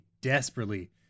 desperately